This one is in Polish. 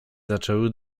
zaczęły